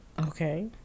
Okay